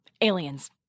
Aliens